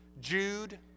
Jude